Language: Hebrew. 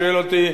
שואל אותי: